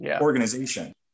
Organization